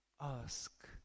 ask